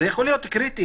זה יכול להיות קריטי.